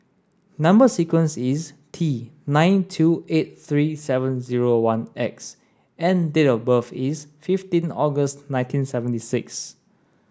number sequence is T nine two eight three seven zero one X and date of birth is fifteen August nineteen seventy six